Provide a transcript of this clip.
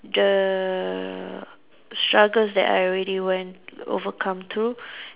the struggles that I already went overcome through